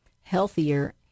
healthier